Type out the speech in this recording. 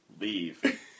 Leave